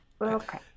Okay